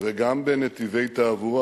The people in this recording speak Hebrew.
וגם בנתיבי תעבורה.